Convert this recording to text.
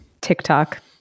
tiktok